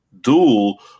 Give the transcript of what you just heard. Duel